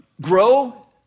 grow